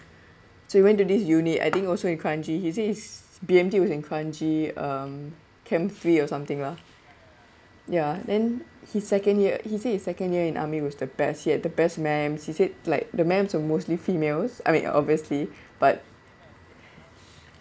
so he went to this unit I think also in kranji he said his B_M_T was in kranji um camp three or something lah ya then his second year he said his second year in army was the best yet the best mam he said like the ma'ams are mostly females I mean obviously but